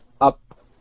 up